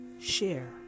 Share